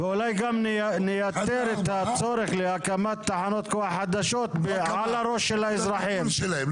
ואולי גם נייתר את הצורך להקמת תחנות כוח חדשות על הראש של האזרחים.